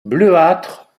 bleuâtre